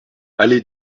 allée